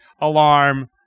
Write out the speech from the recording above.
alarm